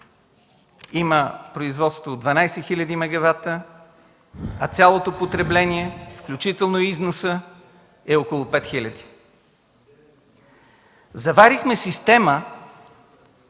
има производство 12 хил. мегавата, а цялото потребление, включително износа, е около 5 хиляди. Заварихме система,